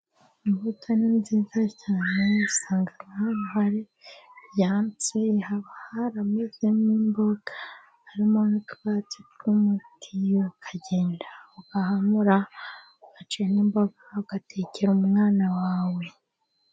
Imbuto ni nziza cyane, usanga nk'ahantu haba hari ibyatsi haba harameze n'imboga, harimo n'utwatsi tw'umuti ukagenda ugahamura, ugaca n'imboga, ugatekera umwana wawe.